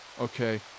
Okay